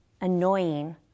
annoying